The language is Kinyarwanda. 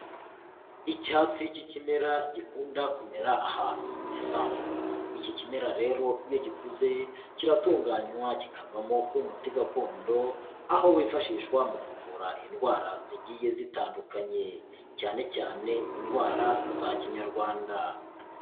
Icyatsi cy'ikimera gikunda kumera ahantu mu gisambu, iki kimera rero iyo gikuze kiratunganywa kikavamo umuti gakondo, aho wifashishwa mu kuvura indwara zigiye zitandukanye, cyane cyane indwara za Kinyarwanda.